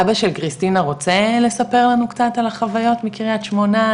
אבא של קריסטינה רוצה לספר לנו קצת על החוויות מקרית שמונה?